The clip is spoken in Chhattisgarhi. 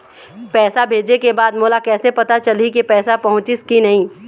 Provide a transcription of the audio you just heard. पैसा भेजे के बाद मोला कैसे पता चलही की पैसा पहुंचिस कि नहीं?